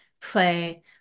play